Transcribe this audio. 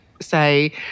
Say